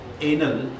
anal